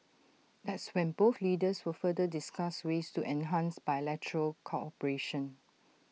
that's when both leaders will further discuss ways to enhance bilateral cooperation